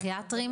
תשפ"ב,